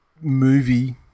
movie